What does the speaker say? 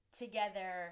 together